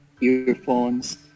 earphones